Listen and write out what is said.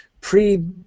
pre